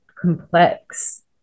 complex